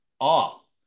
off